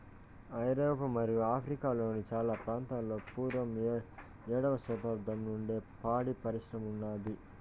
ఐరోపా మరియు ఆఫ్రికా లోని చానా ప్రాంతాలలో పూర్వం ఏడవ శతాబ్దం నుండే పాడి పరిశ్రమ ఉన్నాది